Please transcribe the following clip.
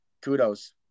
kudos